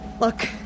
Look